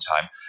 time